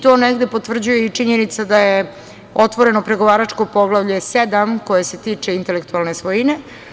To negde potvrđuje i činjenica da je otvoreno pregovaračko Poglavlje 7, koje se tiče intelektualne svojine.